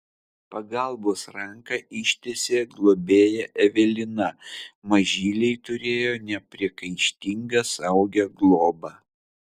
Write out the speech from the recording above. pagalbos ranką ištiesė globėja evelina mažyliai turėjo nepriekaištingą saugią globą